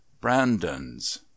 brandon's